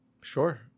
Sure